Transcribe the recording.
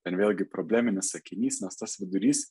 ir vėlgi probleminis sakinys nes tas vidurys